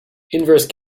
inverse